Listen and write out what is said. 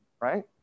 right